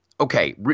Okay